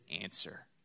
answer